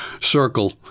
circle